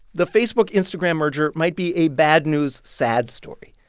the facebook-instagram merger might be a bad news, sad story.